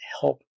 help